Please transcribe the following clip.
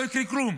לא יקרה כלום,